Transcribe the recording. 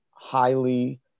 highly